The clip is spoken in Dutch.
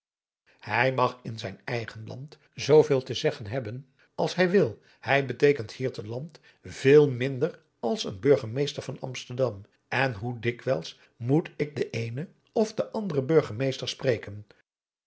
hij mag in zijn eigen land zooveel te zeggen hebben als hij wil hij beteekent hier te land veel minder als een burgemeester van amsterdam en hoe dikwijls moet ik den eenen of den anderen burgemeester spreken